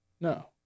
No